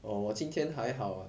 oh 我今天还好 ah